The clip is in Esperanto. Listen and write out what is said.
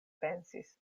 pensis